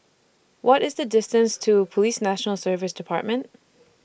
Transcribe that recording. What IS The distance to Police National Service department